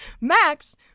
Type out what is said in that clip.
Max